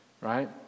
right